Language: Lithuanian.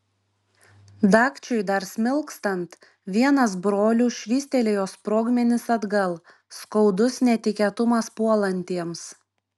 dagčiui dar smilkstant vienas brolių švystelėjo sprogmenis atgal skaudus netikėtumas puolantiems